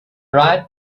right